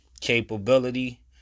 capability